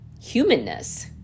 humanness